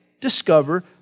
discover